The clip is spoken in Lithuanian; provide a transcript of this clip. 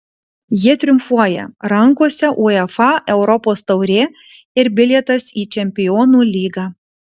jie triumfuoja rankose uefa europos taurė ir bilietas į čempionų lygą